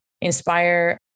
inspire